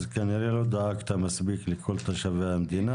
אז כנראה לא דאגת מספיק לכל תושבי המדינה.